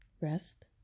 Rest